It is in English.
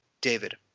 David